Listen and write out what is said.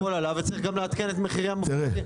הכל עלה וצריך גם לעדכן את מחירי המפוקחים.